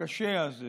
הקשה הזה